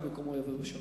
על מקומו יבוא בשלום.